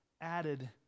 added